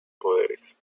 poderes